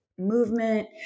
movement